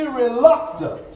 reluctant